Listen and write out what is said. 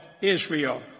Israel